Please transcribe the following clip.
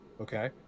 Okay